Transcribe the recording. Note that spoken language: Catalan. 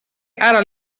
ara